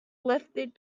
lifted